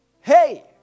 Hey